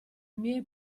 mie